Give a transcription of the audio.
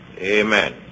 amen